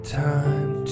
time